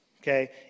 okay